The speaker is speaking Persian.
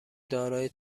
دارای